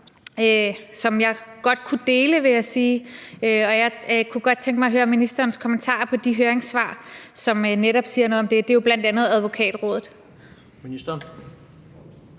som jeg godt kunne dele, vil jeg sige, og jeg kunne godt tænke mig at høre ministerens kommentarer til de høringssvar, som netop siger noget om det. Det er jo bl.a. Advokatrådet. Kl.